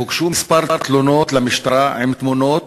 הוגשו כמה תלונות למשטרה עם תמונות